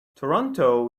toronto